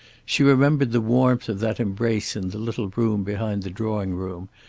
she remembered the warmth of that embrace in the little room behind the drawing-room,